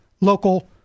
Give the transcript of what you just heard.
local